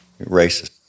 Racist